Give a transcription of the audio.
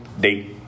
date